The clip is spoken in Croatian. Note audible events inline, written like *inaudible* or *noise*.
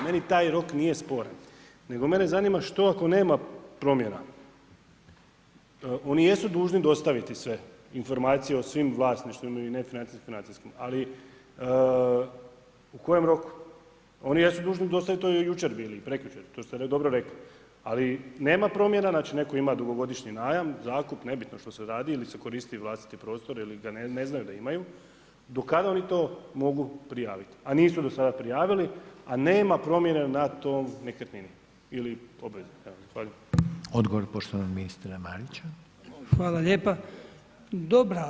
Meni taj rok nije sporan, nego mene zanima što ako nema promjera, oni jesu dužni dostaviti sve informacijama o svim vlasništvu i nefinancijskom, financijskom, ali u kojem roku oni jesu dužni dostavili jučer bili, prekjučer, to ste dobro rekli, ali nema promjena, znači netko ima dugogodišnji najam. zakup, nebitno što se radi, ili se koristi vlastiti prostor ili ga ne znaju da imaju, do kada oni to mogu prijaviti a nisu do sada prijavili a ne ma promjene na toj nekretnini ili … *unintelligible* Zahvaljujem.